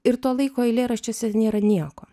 ir to laiko eilėraščiuose nėra nieko